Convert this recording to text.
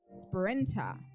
Sprinter